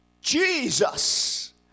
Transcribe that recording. Jesus